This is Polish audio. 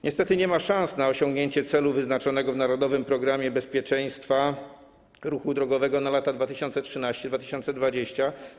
Niestety nie ma szans na osiągnięcie celu wyznaczonego w „Narodowym programie bezpieczeństwa ruchu drogowego na lata 2013-2020”